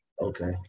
Okay